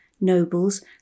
nobles